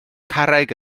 carreg